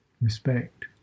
respect